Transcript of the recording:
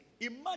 Imagine